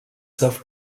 self